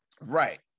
Right